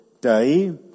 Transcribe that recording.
day